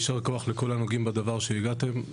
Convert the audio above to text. יישר כוח לכל הנוגעים בדבר שהגעתם.